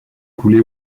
coulés